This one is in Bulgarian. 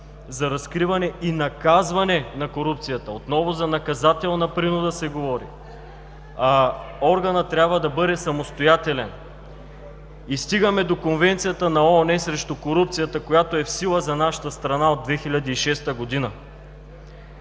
за разкриване и наказване на корупцията. Отново се говори за наказателна принуда. Органът трябва да бъде самостоятелен. И стигаме до Конвенцията на ООН срещу корупцията, която е в сила за нашата страна от 2006 г.